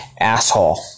asshole